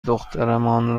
دخترمان